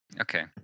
Okay